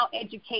educate